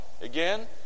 Again